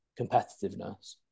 competitiveness